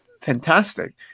fantastic